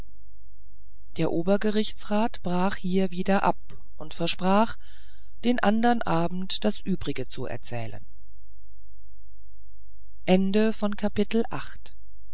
der obergerichtsrat brach hier wieder ab und versprach den andern abend das übrige zu erzählen